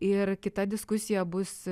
ir kita diskusija bus